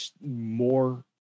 more